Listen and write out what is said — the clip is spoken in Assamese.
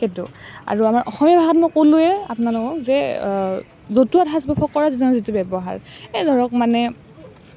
আৰু অসমীয়া ভাষাটো মই কলোঁৱেই আপোনালোকক যে জতুৱা ঠাঁচ আৰু ফকৰা যোজনাৰ যিটো ব্যৱহাৰ এই ধৰক মানে